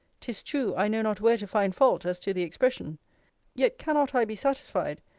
tis true, i know not where to find fault as to the expression yet cannot i be satisfied,